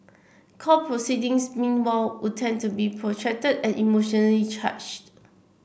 court proceedings meanwhile would tend to be protracted and emotionally charged